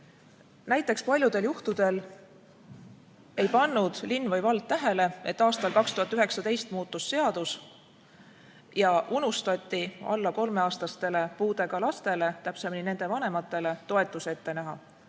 pannud paljudel juhtudel näiteks linn või vald tähele, et aastal 2019 muutus seadus ja unustati alla kolmeaastastele puudega lastele, täpsemini nende vanematele, toetust ette näha.